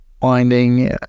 finding